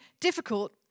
difficult